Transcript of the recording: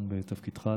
כמובן הצלחה בתפקידך,